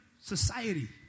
society